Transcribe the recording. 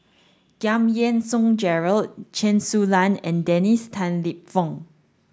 Giam Yean Song Gerald Chen Su Lan and Dennis Tan Lip Fong